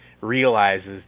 realizes